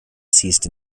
ceased